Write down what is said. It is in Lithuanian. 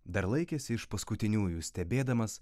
dar laikėsi iš paskutiniųjų stebėdamas